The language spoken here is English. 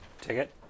Ticket